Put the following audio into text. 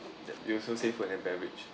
you also say food and beverage